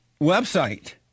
website